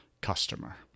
customer